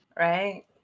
Right